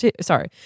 sorry